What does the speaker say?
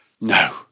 No